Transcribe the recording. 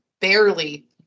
barely